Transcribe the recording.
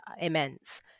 immense